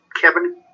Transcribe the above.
Kevin